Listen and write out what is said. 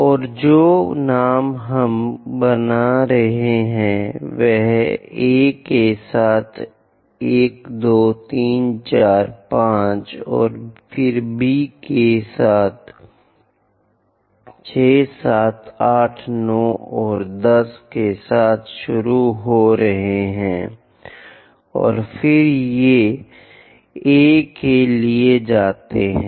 और जो नाम हम बना रहे हैं वह A के साथ 1 2 3 4 5 और फिर B से 6 7 8 9 और 10 के साथ शुरू हो रहा है और फिर से यह A के लिए जाता है